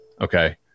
Okay